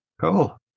Cool